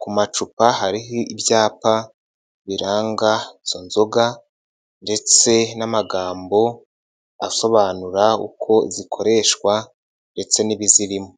ku macupa hariho ibyapa biranga izo nzoga ndetse n'amagambo asobanura uko zikoreshwa ndetse n'ibizirimo.